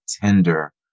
tender